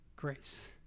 grace